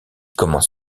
commence